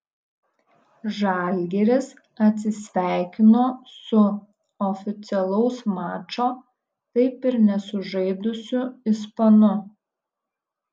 žalgiris atsisveikino su oficialaus mačo taip ir nesužaidusiu ispanu